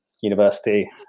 university